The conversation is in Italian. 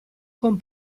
con